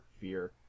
Fear